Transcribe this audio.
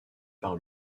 par